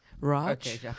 Raj